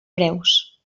preus